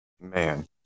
Man